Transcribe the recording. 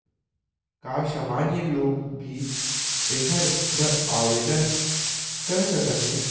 का सामान्य लोग भी एखर बर आवदेन कर सकत हे?